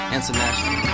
International